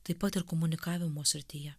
taip pat ir komunikavimo srityje